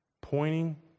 pointing